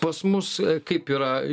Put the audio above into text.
pas mus kaip yra